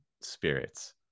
spirits